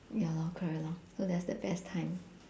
ya lor correct lor so that's the best time